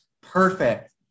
perfect